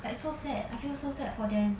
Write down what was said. like so sad I feel so sad for them